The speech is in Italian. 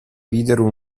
videro